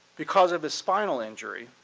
because of the spinal injury,